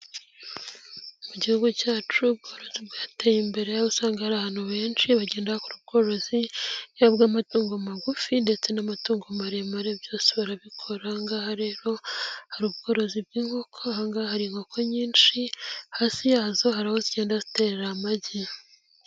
Mu gihugu cyacu ubworozi bwateye imbere aho usanga hari abantu benshi bagenda bakora ubworozi, yaba ubw'amatungo magufi ndetse n'amatungo maremare byose barabikora, aha ngaha rero hari ubworozi bw'inkoko, aha ngaha hari inkoko nyinshi hasi yazo hari aho zigenda ziterera amagi.